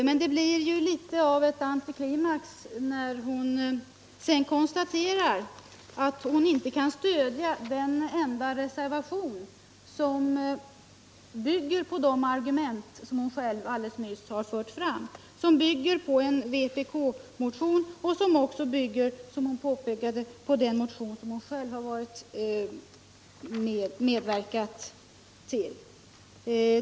Men sedan blir det litet av en antiklimax när hon konstaterar att hon inte kan stödja den reservation som bygger på de argument hon själv alldeles nyss har fört fram, som bygger på en vpk-motion och som också bygger - som hon påpekade - på den motion som hon själv har medverkat till.